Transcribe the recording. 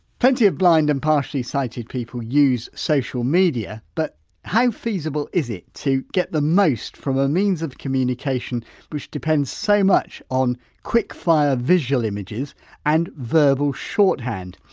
plenty of blind and partially sighted people use social media but how feasible is it to get the most from a means of communication which depends so much on quick fire visual images and verbal shorthand?